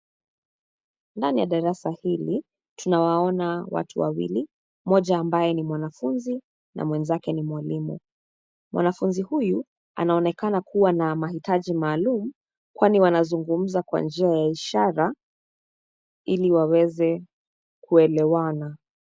Ndani ya darasa hili tunawaona watu wawili; mmoja ambaye ni mwanafunzi na mwenzake ni mwalimu. Mwanafunzi huyu anaonekana kuwa na mahitaji maalum; kwani wanazungumza kwa lugha ya ishara ili waweze kuelewana.